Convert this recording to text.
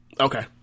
Okay